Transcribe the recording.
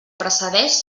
precedeix